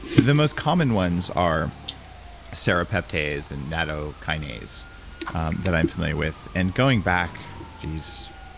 the most common ones are serrapeptase and nattokinase that i'm familiar with. and going back, geez,